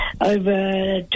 over